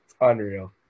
unreal